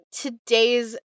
Today's